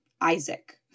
Isaac